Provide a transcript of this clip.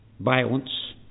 violence